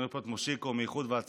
אני רואה פה את מושיקו מאיחוד והצלה,